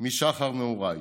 משחר נעוריי.